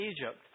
Egypt